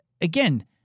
again